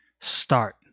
start